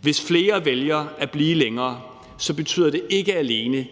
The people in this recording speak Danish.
Hvis flere vælger at blive længere, betyder det ikke alene